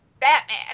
Batman